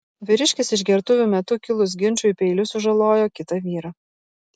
vyriškis išgertuvių metu kilus ginčui peiliu sužalojo kitą vyrą